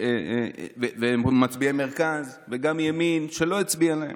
והם מצביעי מרכז וגם ימין שלא הצביע להם.